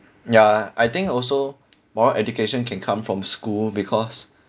ya I think also moral education can come from school because